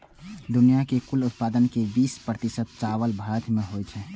दुनिया के कुल उत्पादन के बीस प्रतिशत चावल भारत मे होइ छै